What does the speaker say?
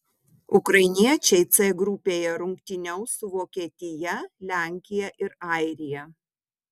ukrainiečiai c grupėje rungtyniaus su vokietija lenkija ir airija